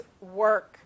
work